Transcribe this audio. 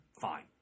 Fine